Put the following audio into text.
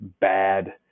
bad